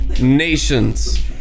nations